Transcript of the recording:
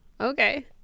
Okay